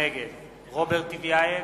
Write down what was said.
נגד רוברט טיבייב,